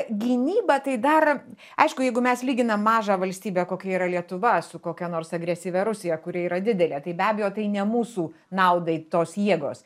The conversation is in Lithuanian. gynyba tai dar aišku jeigu mes lyginam mažą valstybę kokia yra lietuva su kokia nors agresyvia rusija kuri yra didelė tai be abejo tai ne mūsų naudai tos jėgos